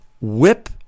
whip